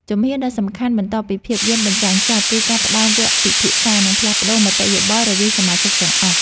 ជំហានដ៏សំខាន់បន្ទាប់ពីភាពយន្តបញ្ចាំងចប់ គឺការផ្ដើមវគ្គពិភាក្សា និងផ្លាស់ប្តូរមតិយោបល់រវាងសមាជិកទាំងអស់។